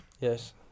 yes